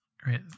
Great